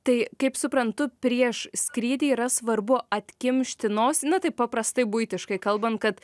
tai kaip suprantu prieš skrydį yra svarbu atkimšti nosį na taip paprastai buitiškai kalbant kad